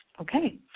Okay